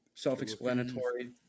Self-explanatory